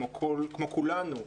כמו כולנו,